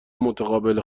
متقابل